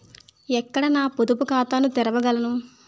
ఎక్కడ నా పొదుపు ఖాతాను తెరవగలను?